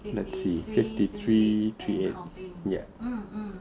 let's see fifty three three eight yup